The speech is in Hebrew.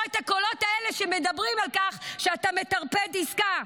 את הקולות האלה שמדברים על כך שאתה מטרפד עסקה.